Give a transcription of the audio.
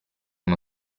uno